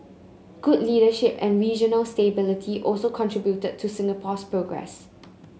good leadership and regional stability also contributed to Singapore's progress